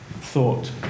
thought